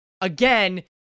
again